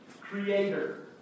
creator